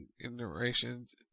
iterations